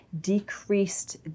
decreased